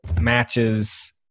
matches